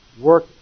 Work